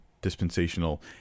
dispensational